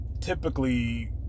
typically